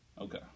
Okay